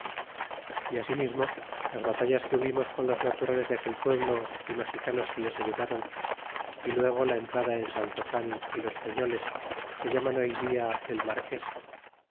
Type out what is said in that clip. y asimismo las batallas que hubimos con los naturales de aquel pueblo y mexicanos que les ayud a ron y luego la entrada del saltocan y los peñoles que llaman hoy dia del marques